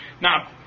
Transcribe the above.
Now